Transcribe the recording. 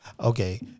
Okay